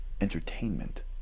entertainment